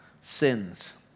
sins